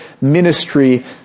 ministry